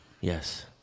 Yes